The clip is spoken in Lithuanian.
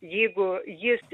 jeigu jis